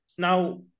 Now